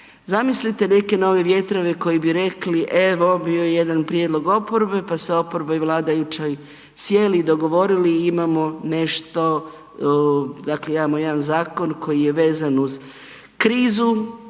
Zamislite neke nove vjetrove koji bi rekli, evo bio je jedan prijedlog oporbe pa se oporba i vladajući sjeli i dogovorili i imamo nešto, dakle imamo jedan zakon koji je vezan uz krizu